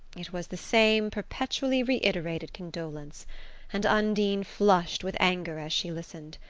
it was the same perpetually reiterated condolence and undine flushed with anger as she listened.